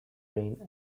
rain